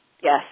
Yes